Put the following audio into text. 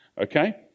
okay